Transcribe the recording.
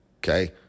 Okay